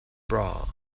bra